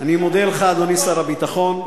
אני מודה לך, אדוני שר הביטחון,